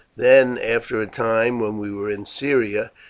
then, after a time, when we were in syria,